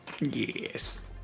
Yes